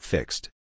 Fixed